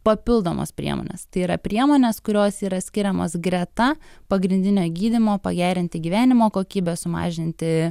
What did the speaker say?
papildomos priemonės tai yra priemonės kurios yra skiriamos greta pagrindinio gydymo pagerinti gyvenimo kokybę sumažinti